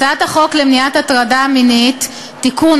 הצעת חוק למניעת הטרדה מינית (תיקון,